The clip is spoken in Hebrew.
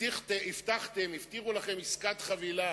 הבטיחו לכם עסקת חבילה,